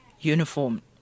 uniform